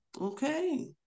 okay